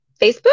Facebook